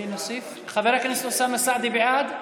חבר הכנסת אוסאמה סעדי, בעד?